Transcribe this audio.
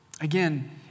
Again